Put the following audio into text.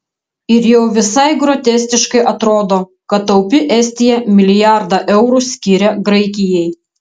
ir jau visai groteskiškai atrodo kad taupi estija milijardą eurų skiria graikijai